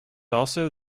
also